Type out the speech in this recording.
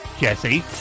Jesse